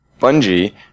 Bungie